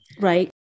Right